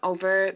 Over